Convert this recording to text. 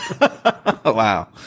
Wow